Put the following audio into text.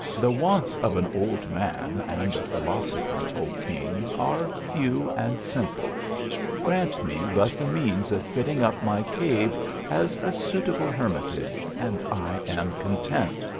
the wants of an old man and a philosopher, o king, are few and simple grant me but the means of fitting up my cave as a suitable hermitage, and i am content.